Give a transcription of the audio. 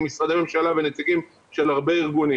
משרדי ממשלה ונציגים של הרבה ארגונים.